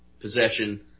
possession